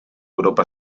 europa